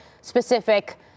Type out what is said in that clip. specific